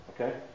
okay